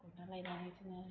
गुरना लायनानै बिदिनो